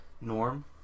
Norm